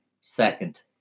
Second